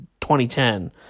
2010